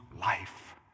life